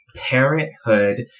Parenthood